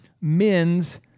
Men's